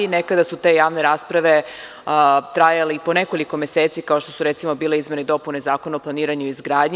Nekada su te javne rasprave trajale i po nekoliko meseci kao što su, recimo, bile izmene i dopune Zakona o planiranju i izgradnji.